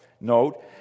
note